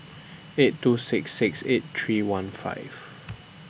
eight two six six eight three one five